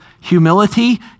humility